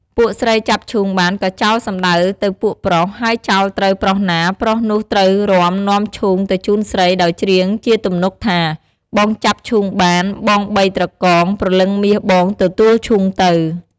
ពួកស្រីចាប់ឈូងបានក៏ចោលសំដៅទៅពួកប្រុស បើចោលត្រូវប្រុសណាប្រុសនោះ ត្រូវរាំនាំឈូងទៅជូនស្រីដោយច្រៀងជាទំនុកថា «បងចាប់ឈូងបាន បងបីត្រកង ព្រលឹងមាសបង ទទួលឈូងទៅ»។